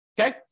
okay